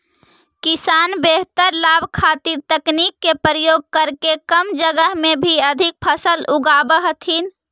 किसान बेहतर लाभ खातीर तकनीक के प्रयोग करके कम जगह में भी अधिक फसल उगाब हथिन